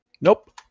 Nope